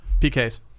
PKs